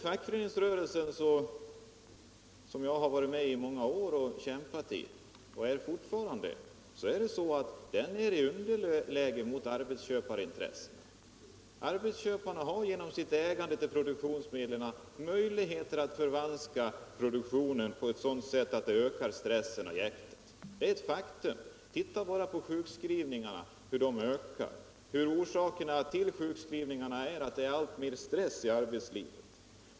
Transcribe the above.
Fackföreningsrörelsen, som jag har varit med och kämpat i under många år och där jag fortfarande är med, är i underläge gentemot arbetsköparintressena. Arbetsköparna har genom sitt ägande av produktionsmedlen möjligheter att förvanska produktionen på ett sådant sätt att stressen och jäktet ökas. Det är ett faktum. Titta bara på hur sjukskrivningarna ökar! Orsaken till sjukskrivningarna är att det är alltmer stress i arbetslivet.